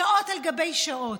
שעות על גבי שעות,